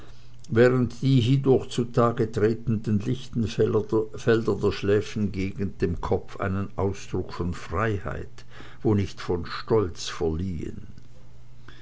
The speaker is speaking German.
während die hiedurch zutage tretenden lichten felder der schläfengegend dem kopfe einen ausdruck von freiheit wo nicht von stolz verliehen